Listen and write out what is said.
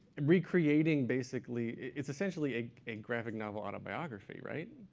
recreating, basically it's essentially a graphic novel autobiography, right,